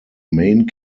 main